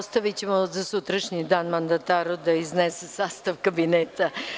Ostavićemo za sutrašnji dan mandataru da iznese sastav kabineta.